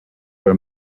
her